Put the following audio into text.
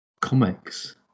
comics